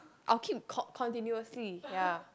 I'll keep con~ continuously ya